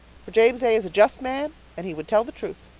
for james a. is a just man and he would tell the truth.